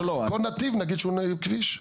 כל נתיב נגיד שהוא כביש?